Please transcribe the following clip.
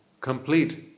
complete